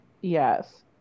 Yes